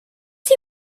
see